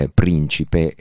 principe